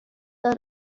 are